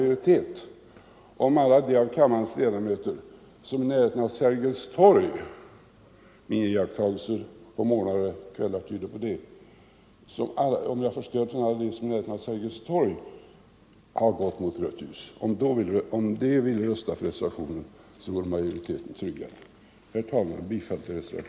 Om alla de kammarledamöter som i närheten av Sergels torg - mina iakttagelser morgnar och kvällar tyder härpå — har gått mot rött ljus skulle rösta för denna reservation, vore majoriteten tryggad.